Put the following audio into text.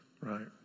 right